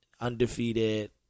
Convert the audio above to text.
undefeated